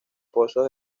pozos